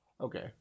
Okay